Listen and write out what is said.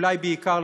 אולי בעיקר,